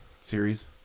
series